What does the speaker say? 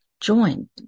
join